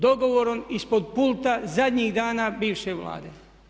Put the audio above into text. Dogovorom ispod pulta zadnjih dana bivše Vlade.